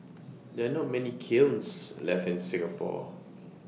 there are not many kilns left in Singapore